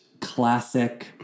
classic